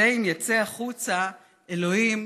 זה אם ייצא החוצה, אלוהים,